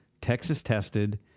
Texas-tested